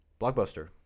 Blockbuster